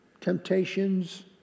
Temptations